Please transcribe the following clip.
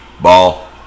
Ball